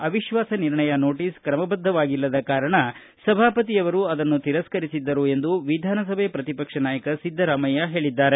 ಅವಿಶ್ವಾಸ ನಿರ್ಣಯ ನೋಟಸ್ ಕ್ರಮಬದ್ದವಾಗಿಲ್ಲದ ಕಾರಣ ಸಭಾಪತಿಯವರು ಅದನ್ನು ತಿರಸ್ಕರಿಸಿದ್ದರು ಎಂದು ವಿಧಾನಸಭೆ ಪ್ರತಿಪಕ್ಷ ನಾಯಕ ಸಿದ್ದರಾಮಯ್ಯ ಹೇಳಿದ್ದಾರೆ